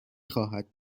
خواهد